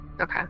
Okay